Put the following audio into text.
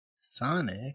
Sonic